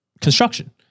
construction